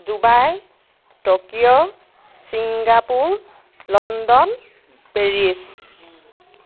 Dubai Tokyo Singapore London Paris